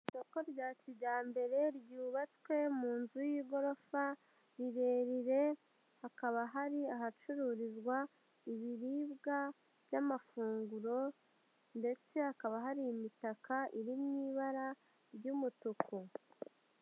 Isoko rya kijyambere ryubatswe mu nzu y'igorofa rirerire hakaba hari ahacururizwa ibiribwa by'amafunguro ndetse hakaba hari imitaka iri mu ibara ry'umutuku.